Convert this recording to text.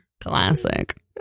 Classic